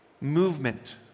movement